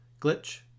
glitch